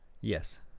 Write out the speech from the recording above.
Yes